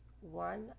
one